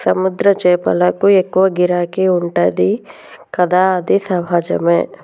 సముద్ర చేపలకు ఎక్కువ గిరాకీ ఉంటది కదా అది సహజమే